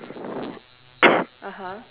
uh huh)